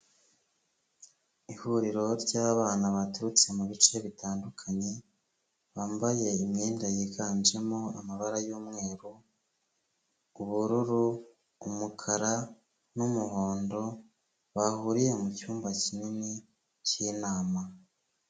Ihuriro ry'abana baturutse mu bice bitandukanye, bambaye imyenda yiganjemo amabara y'umweru, ubururu, umukara n'umuhondo, bahuriye mu cyumba kinini cy'inama.